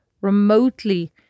remotely